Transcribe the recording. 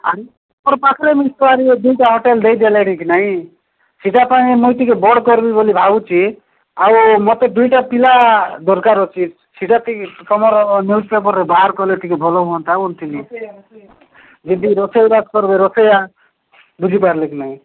ପାଖରେ ଦୁଇଟା ହୋଟେଲ ଦେଇଦଲେଣି କି ନାଇଁ ସେଇଟା ପାଇଁ ମୁଇଁ ଟିକେ ବଡ଼ କରିବି ବୋଲି ଭାବୁଛି ଆଉ ମୋତେ ଦୁଇଟା ପିଲା ଦରକାର ଅଛି ସେଟା ଟିକେ ତୁମର ନ୍ୟୁଜ୍ ପେପର୍ରେ ବାହାର କଲେ ଟିକେ ଭଲ ହୁଅନ୍ତା କହୁଥିଲି ଯଦି ରୋଷେଇବାସ କରିବେ ରୋଷେୟା ବୁଝିପାରିଲେ କି ନାହିଁ